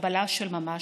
בחבלה של ממש,